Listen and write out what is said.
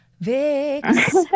Vix